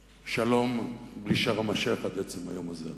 שלום בלי שארם-א-שיח' עד עצם היום הזה,